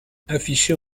affichés